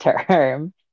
term